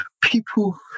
people